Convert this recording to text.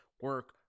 Work